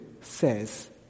says